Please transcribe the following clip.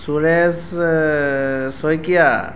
Suresh Saikia